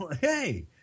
Hey